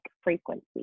frequency